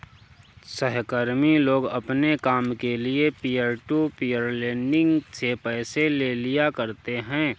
सहकर्मी लोग अपने काम के लिये पीयर टू पीयर लेंडिंग से पैसे ले लिया करते है